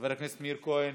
חבר הכנסת מאיר כהן,